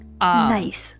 nice